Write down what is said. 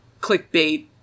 clickbait